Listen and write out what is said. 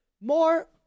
More